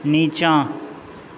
नीचाँ